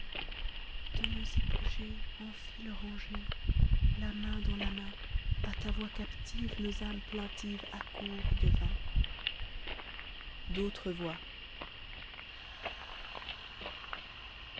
nos hypogéea en files rangées la main dans la main a ta voix captives nos âmes p eintivea accourent devin d'autres voix